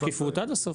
שקיפות עד הסוף.